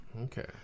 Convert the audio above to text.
Okay